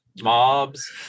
mobs